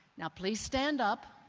now please stand up,